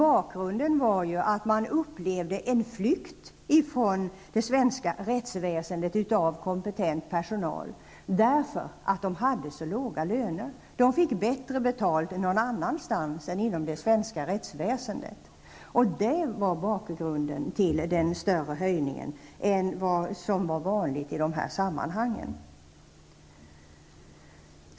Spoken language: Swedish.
Bakgrunden var att man upplevde en flykt från det svenska rättsväsendet av kompetenta personer därför att de hade så låga löner. De fick bättre betalt någon annanstans än inom det svenska rättsväsendet. Det var bakgrunden till en större höjning än vad som var vanligt i dessa sammanhang.